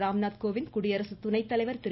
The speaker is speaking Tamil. ராம்நாத் கோவிந்த் குடியரசு துணை தலைவர் திரு